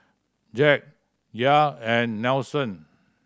Zack Yair and Nelson